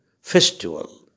festival